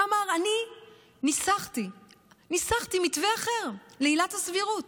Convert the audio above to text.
אמר: אני ניסחתי מתווה אחר לעילת הסבירות.